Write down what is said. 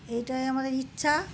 এটাই আমাদের ইচ্ছা